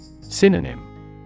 Synonym